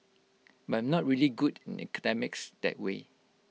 but I'm not really good in academics that way